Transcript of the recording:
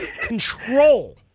control